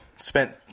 spent